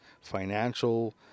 financial